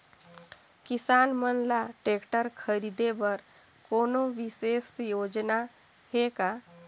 किसान मन ल ट्रैक्टर खरीदे बर कोनो विशेष योजना हे का?